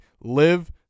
Live